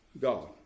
God